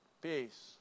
Peace